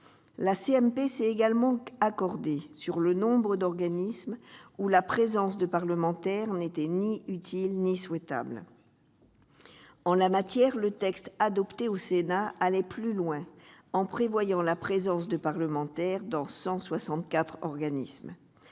a également trouvé un accord sur le nombre d'organismes dans lesquels la présence de parlementaires n'était ni utile ni souhaitable. En la matière, le texte adopté au Sénat allait plus loin, en prévoyant la présence de parlementaires dans 164 organismes.